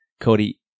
Cody